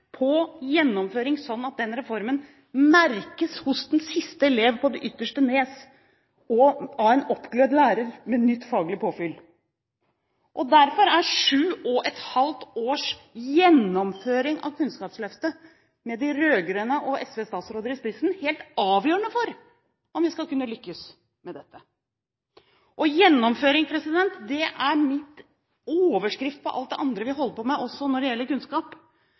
på gjennomføring, sånn at den reformen merkes hos den siste elev på det ytterste nes og av en oppglødd lærer med nytt faglig påfyll. Derfor er syv og et halvt års gjennomføring av Kunnskapsløftet, med de rød-grønne og SV-statsråder i spissen, helt avgjørende for om vi skal kunne lykkes med dette. Gjennomføring er min overskrift på alt det andre vi også holder på med når det gjelder kunnskap.